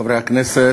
חברי הכנסת,